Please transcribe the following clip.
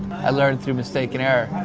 i learn through mistake and error,